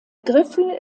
griffel